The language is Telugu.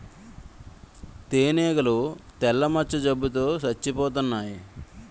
తేనీగలు తెల్ల మచ్చ జబ్బు తో సచ్చిపోతన్నాయి